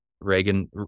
Reagan